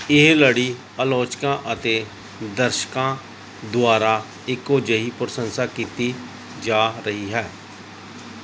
ਇਹ ਲੜੀ ਆਲੋਚਕਾਂ ਅਤੇ ਦਰਸ਼ਕਾਂ ਦੁਆਰਾ ਇੱਕੋ ਜਿਹੀ ਪ੍ਰਸ਼ੰਸਾ ਕੀਤੀ ਜਾ ਰਹੀ ਹੈ